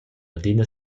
adina